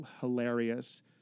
hilarious